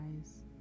eyes